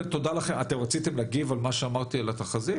אתם רציתם להגיב על מה שאמרתי על התחזית?